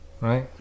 right